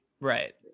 Right